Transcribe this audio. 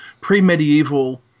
pre-medieval